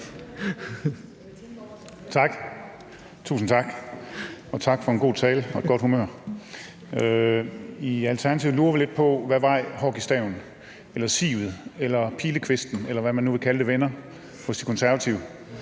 Tusind tak. Tak for en god tale og for godt humør. I Alternativet lurer vi lidt på, hvad vej hockeystaven eller sivet eller pilekvisten, eller hvad man nu vil kalde det, vender hos De Konservative.